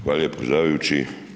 Hvala lijepo predsjedavajući.